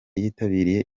yitabiriye